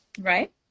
right